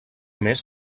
més